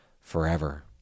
forever